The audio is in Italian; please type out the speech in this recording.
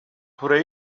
pure